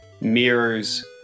mirrors